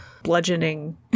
bludgeoning